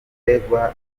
arekurwa